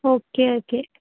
okay okay